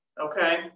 Okay